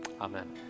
Amen